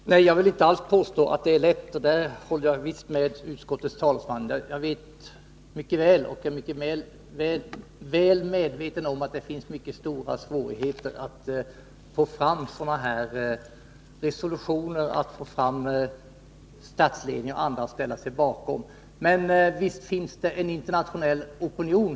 Fru talman! Jag vill inte alls påstå att det är lätt — på den punkten håller jag visst med utskottets talesman. Jag är väl medveten om att det är mycket stora svårigheter med att få fram sådana här resolutioner och att få statsledningar att ställa sig bakom dem. Men visst finns det en internationell opinion.